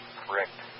correct